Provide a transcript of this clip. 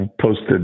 posted